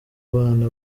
bana